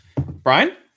Brian